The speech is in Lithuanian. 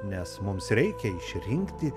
nes mums reikia išrinkti